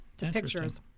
Pictures